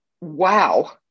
Wow